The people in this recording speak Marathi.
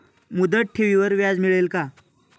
मुदत ठेवीवर व्याज मिळेल का?